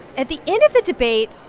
at the end of the debate,